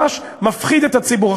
ממש מפחיד את הציבור.